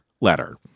Letter